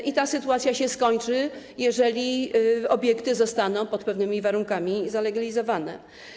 I ta sytuacja się skończy, jeżeli obiekty zostaną pod pewnymi warunkami zalegalizowane.